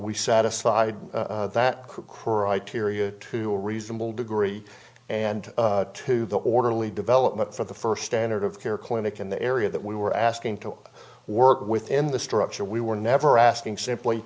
we satisfied that criteria to a reasonable degree and to the orderly development for the first standard of care clinic in the area that we were asking to work within the structure we were never asking simply